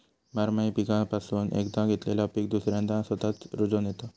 बारमाही पीकापासून एकदा घेतलेला पीक दुसऱ्यांदा स्वतःच रूजोन येता